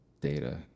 data